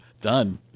Done